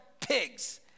pigs